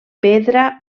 pedra